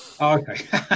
Okay